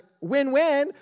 win-win